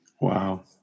Wow